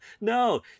No